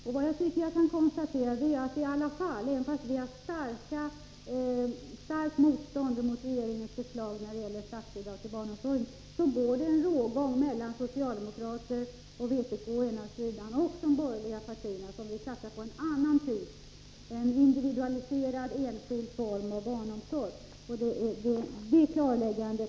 Och trots att vi gör starkt motstånd mot regeringens förslag när det gäller statsbidrag till barnomsorgen kan jag ändå konstatera att det går en rågång mellan socialdemokrater och vpk, å ena sidan, och de borgerliga, å andra sidan, som vill satsa på en annan typ av barnomsorg — en individualiserad, enskild form. Den skillnaden har vi här fått klarlagd.